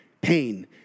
Pain